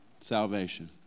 salvation